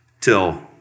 till